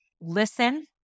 listen